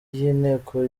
y’inteko